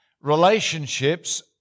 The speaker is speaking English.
relationships